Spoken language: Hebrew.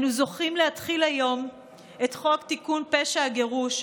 אנו זוכים להתחיל היום את חוק תיקון פשע הגירוש,